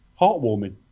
Heartwarming